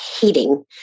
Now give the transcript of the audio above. hating